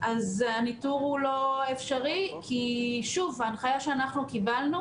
אז הניתור הוא לא אפשרי כי ההנחיה שאנחנו קיבלנו